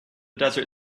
desert